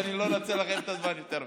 כי אני לא רוצה לקחת את הזמן יותר מדי.